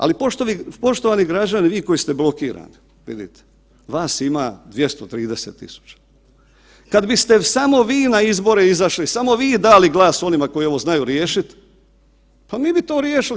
Ali poštovani građani vi koji ste blokirani, vas ima 230.000 kada biste samo vi na izbore izašli i samo vi dati glas onima koji ovo znaju riješiti, pa mi bi to riješili.